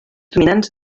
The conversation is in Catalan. dominants